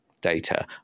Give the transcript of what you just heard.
data